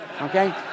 okay